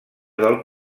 del